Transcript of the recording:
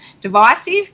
divisive